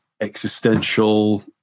existential